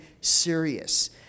serious